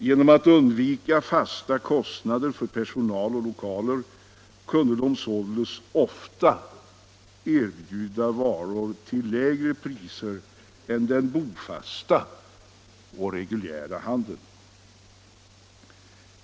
Genom att undvika fasta kostnader för personal och lokaler kunde de ofta erbjuda varor till lägre priser än den bofasta och reguljära handeln.